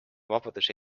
vabaduse